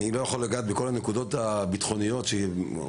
אני לא יכול לגעת בכל הנקודות הביטחוניות שרובן